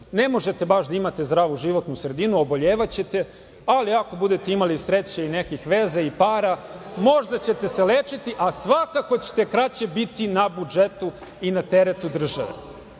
ne možete baš da imate zdravu životnu sredinu, oboljevaćete, ali ako budete imali sreće i nekih veza i para, možda ćete se lečiti, ali svakako ćete kraće biti na budžetu i na teretu